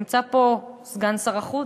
נמצא פה סגן שר החוץ,